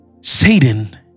Satan